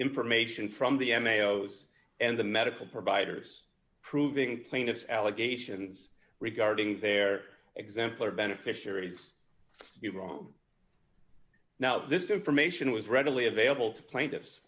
information from the m a o s and the medical providers proving plaintiff's allegations regarding their exemplary beneficiaries be wrong now this information was readily available to plaintiffs